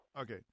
okay